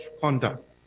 conduct